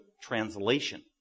translation